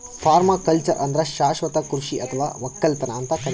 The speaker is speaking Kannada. ಪರ್ಮಾಕಲ್ಚರ್ ಅಂದ್ರ ಶಾಶ್ವತ್ ಕೃಷಿ ಅಥವಾ ವಕ್ಕಲತನ್ ಅಂತ್ ಕರಿತಾರ್